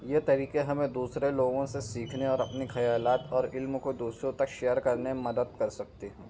یہ طریقے ہمیں دوسرے لوگوں سے سیکھنے اور اپنی خیالات اور علم کو دوسروں تک شیئر کرنے میں مدد کرسکتے ہیں